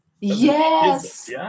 Yes